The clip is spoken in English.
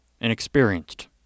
inexperienced